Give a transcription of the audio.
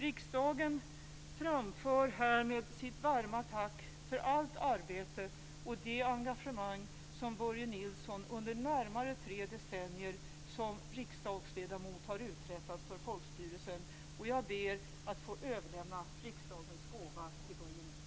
Riksdagen framför härmed sitt varma tack för allt arbete och det engagemang Börje Nilsson under närmare tre decennier som riksdagsledamot har uträttat för folkstyret och jag ber att få överlämna riksdagens gåva till Börje Nilsson.